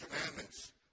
commandments